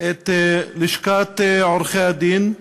ללשכת עורכי-הדין,